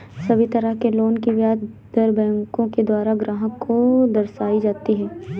सभी तरह के लोन की ब्याज दर बैंकों के द्वारा ग्राहक को दर्शाई जाती हैं